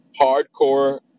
hardcore